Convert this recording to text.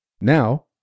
Now